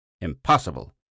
Impossible